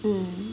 mm